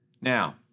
Now